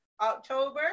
October